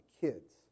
kids